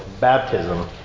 baptism